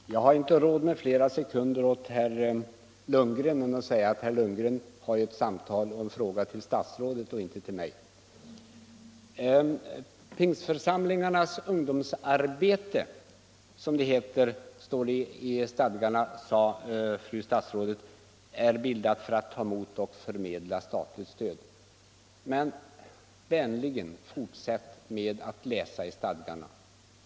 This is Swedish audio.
Herr talman! Jag har inte råd att ägna flera sekunder åt herr Lundgren än att säga, att herr Lundgren har framställt en fråga till statsrådet och inte till mig. Pingstförsamlingarnas ungdomsarbete är, som det står i stadgarna och som fru statsrådet anförde, till bl.a. för att ta emot och förmedla statligt stöd. Men, vänligen, fortsätt att läsa i stadgarna!